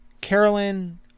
Carolyn